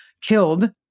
killed